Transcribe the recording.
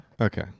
Okay